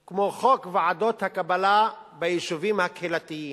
חוק כמו חוק ועדות הקבלה ביישובים הקהילתיים,